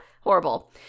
horrible